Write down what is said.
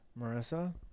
Marissa